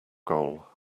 goal